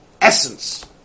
essence